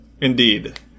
Indeed